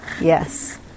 Yes